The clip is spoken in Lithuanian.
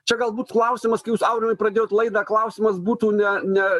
čia galbūt klausimas kai jūs aurimai pradėjot laidą klausimas būtų ne ne